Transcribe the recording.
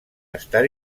estar